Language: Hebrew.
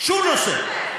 בשום נושא?